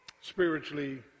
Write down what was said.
Spiritually